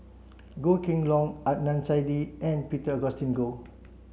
Goh Kheng Long Adnan Saidi and Peter Augustine Goh